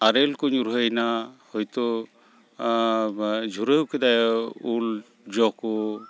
ᱟᱨᱮᱞᱠᱚ ᱧᱩᱨᱦᱟᱹᱭᱮᱱᱟ ᱦᱚᱭᱛᱳ ᱡᱷᱩᱨᱟᱹᱣ ᱠᱮᱫᱟᱭ ᱩᱞ ᱡᱚᱠᱚ